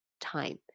time